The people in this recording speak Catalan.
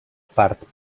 part